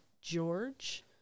George